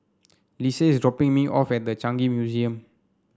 Lise is dropping me off at The Changi Museum